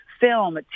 film